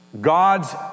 God's